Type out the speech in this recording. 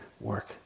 work